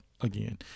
again